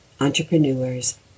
entrepreneurs